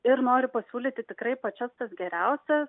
ir nori pasiūlyti tikrai pačias tas geriausias